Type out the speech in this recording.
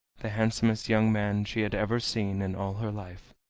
the handsomest young man she had ever seen in all her life,